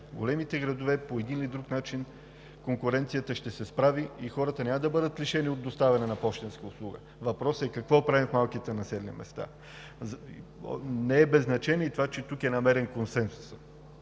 големите градове по един или друг начин конкуренцията ще се справи и хората няма да бъдат лишени от доставяне на пощенска услуга, въпросът е какво правим в малките населени места. Не е без значение и това, че тук е намерен консенсусът